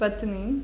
पत्नी